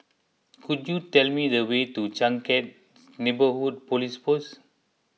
could you tell me the way to Changkat Neighbourhood Police Post